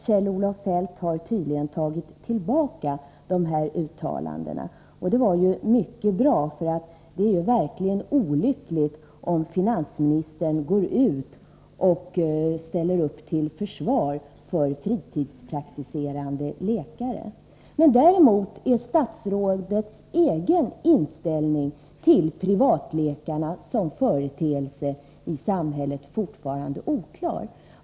Kjell-Olof Feldt har tydligen tagit tillbaka sina uttalanden, och det var mycket bra. Det är verkligen olyckligt om finansministern ställer upp till försvar för fritidspraktiserande läkare. Däremot är statsrådet Sigurdsens egen inställning till privatläkarna som företeelse i samhället fortfarande oklar.